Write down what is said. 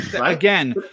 again